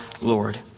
Lord